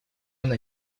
она